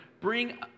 bring